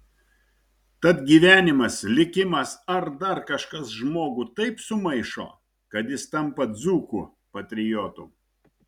tad gyvenimas likimas ar dar kažkas žmogų taip sumaišo kad jis tampa dzūkų patriotu